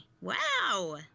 Wow